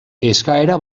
eskaera